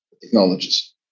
technologies